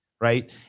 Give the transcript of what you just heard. right